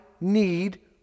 need